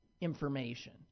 information